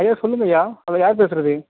ஐயா சொல்லுங்கள் ஐயா ஹலோ யார் பேசுகிறது